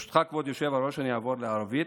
ברשותך, כבוד היושב-ראש, אני אעבור לערבית.